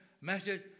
message